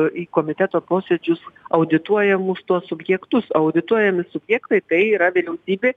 į komiteto posėdžius audituojamus tuos subjektus audituojami subjektai tai yra vyriausybė